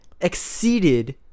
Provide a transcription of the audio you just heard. exceeded